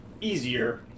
easier